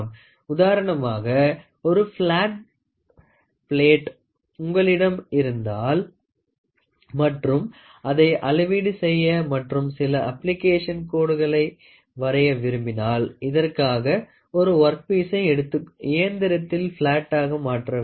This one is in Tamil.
உதாரணமாக ஒரு பிளாட் பிளேட் உங்களிடம் இருந்தால் மற்றும் அதை அளவீடு செய்ய மற்றும் சில அப்ளிகேஷனுக்கு கோடுகள் வரைய விரும்பினால் இதற்காக ஒரு வொர்க் பீஸ்சை எடுத்து இயந்திரத்தில் பிளேட்டாக மாற்ற வேண்டும்